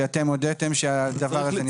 שאתם הודיתם שהדבר הזה נסגר בצורה לא תקנית?